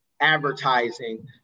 advertising